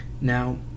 Now